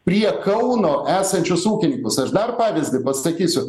prie kauno esančius ūkininkus aš dar pavyzdį pasakysiu